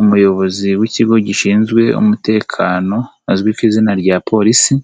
Umuyobozi w'ikigo gishinzwe umutekano uzwi ku izina rya Polisi,